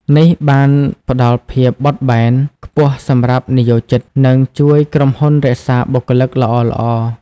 នេះបានផ្តល់ភាពបត់បែនខ្ពស់សម្រាប់និយោជិត និងជួយក្រុមហ៊ុនរក្សាបុគ្គលិកល្អៗ។